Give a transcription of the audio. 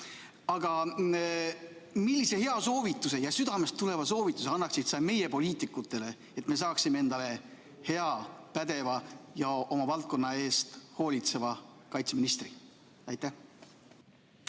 Aga millise hea soovituse, südamest tuleva soovituse annaksid sa meie poliitikutele, et me saaksime endale hea, pädeva ja oma valdkonna eest hoolitseva kaitseministri? Suur